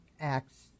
acts